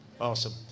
Awesome